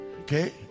Okay